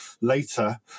later